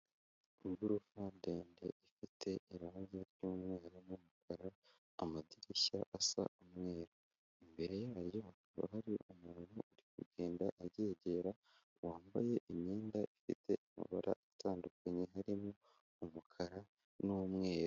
Igorofa ndende ifite irange ry'umweru n'umukara, amadirishya asa umweru. Imbere yayo hakaba hari umuntu uri kugenda aryegera wambaye imyenda ifite amabara atandukanye harimo umukara n'umweru.